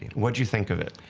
what did you think of it?